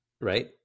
right